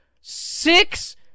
Six